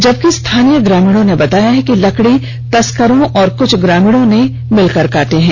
जबकि स्थानीय ग्रामीणों ने बताया कि लकड़ी तस्करों और कुछ ग्रामीणों ने पेड़ काटा है